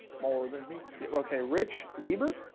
more than meets the. okay, rich leiber